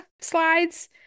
slides